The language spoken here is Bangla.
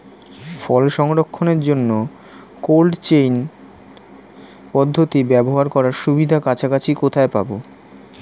ফল সংরক্ষণের জন্য কোল্ড চেইন পদ্ধতি ব্যবহার করার সুবিধা কাছাকাছি কোথায় পাবো?